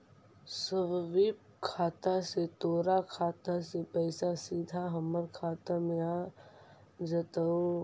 स्वीप खाता से तोर खाता से पइसा सीधा हमर खाता में आ जतउ